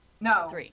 No